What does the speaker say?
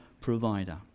provider